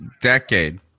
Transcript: decade